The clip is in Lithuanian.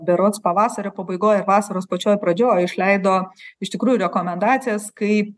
berods pavasario pabaigoj ar vasaros pačioj pradžioj išleido iš tikrųjų rekomendacijas kaip